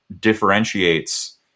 differentiates